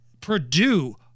Purdue